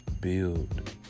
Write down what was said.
build